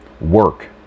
Work